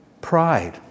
Pride